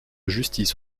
justice